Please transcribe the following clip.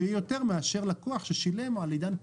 יהיה יותר מאשר לקוח ששילם על עידן פלוס,